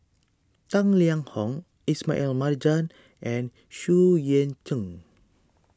Tang Liang Hong Ismail Marjan and Xu Yuan Zhen